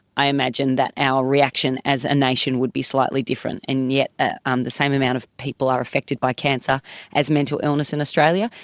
i imagine that our reaction as a nation would be slightly different, and yet ah um the same amount of people are affected by cancer as mental illness in australia,